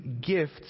gifts